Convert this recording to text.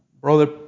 brother